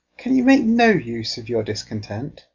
can you make no use of your discontent?